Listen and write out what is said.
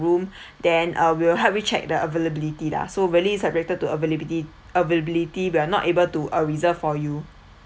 room then I will help you check the availability lah so very subjected to availability availability we are not able to uh reserved for you